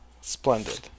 Splendid